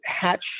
hatch